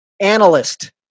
Analyst